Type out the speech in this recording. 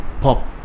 pop